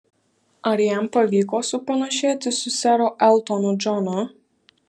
ar jam pavyko supanašėti su seru eltonu džonu